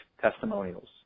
testimonials